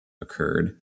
occurred